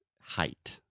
height